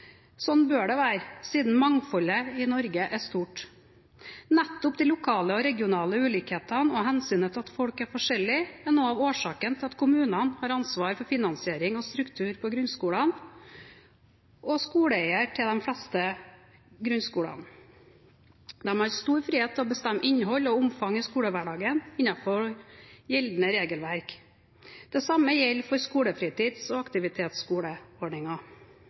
være, siden mangfoldet i Norge er stort. Nettopp de lokale og regionale ulikhetene og hensynet til at folk er forskjellige, er noe av årsaken til at kommunene har ansvar for finansieringen av og strukturen i grunnskolene og er skoleeier til de fleste grunnskolene. De har stor frihet til å bestemme innhold og omfang i skolehverdagen innenfor gjeldende regelverk. Det samme gjelder for skolefritids- og